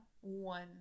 one